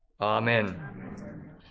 Amen